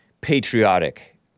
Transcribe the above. patriotic